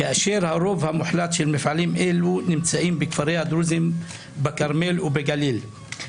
כאשר הרוב המוחלט של מפעלים אלו נמצאים בכפרי הדרוזים בכרמל ובגליל,